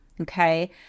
Okay